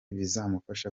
bizamufasha